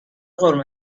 قرمه